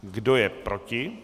Kdo je proti?